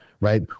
right